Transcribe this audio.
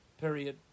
period